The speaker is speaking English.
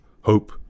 Hope